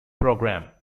program